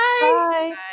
Bye